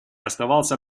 оставался